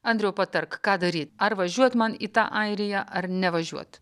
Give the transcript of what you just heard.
andriau patark ką daryti ar važiuot man į tą airiją ar nevažiuot